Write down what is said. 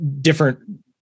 different